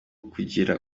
kugira